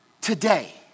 today